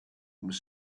was